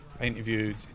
Interviewed